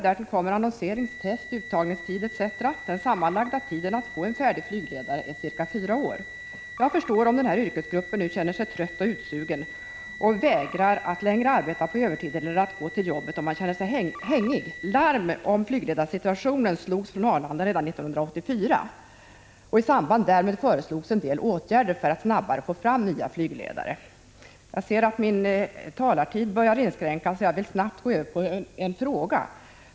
Därtill kommer annonseringstid, test, uttagningstid etc. Den sammanlagda tiden att få en färdig flygledare är cirka fyra år. Jag förstår att den här yrkesgruppen nu känner sig trött och ”utsugen” och vägrar att längre arbeta på övertid eller att gå till jobbet när man känner sig hängig. Larm om flygledarsituationen slogs från Arlanda redan 1984, och i samband därmed föreslogs en del åtgärder för att snabbare få fram nya flygledare. Jag ser att min taletid börjar ta slut, varför jag vill sluta med att ställa en fråga.